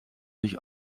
sich